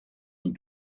and